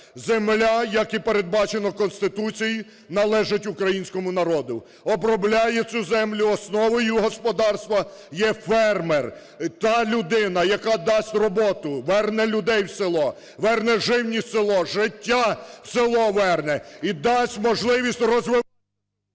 Земля, як і передбачено Конституцією, належить українському народу. Обробляє цю землю, основою господарства є фермер - та людина, яка дасть роботу, верне людей в село, верне живність в село, життя в село верне і дасть можливість… ГОЛОВУЮЧИЙ.